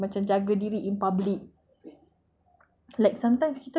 to proper to be more proper to macam jaga diri in public